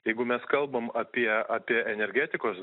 jeigu mes kalbam apie apie energetikos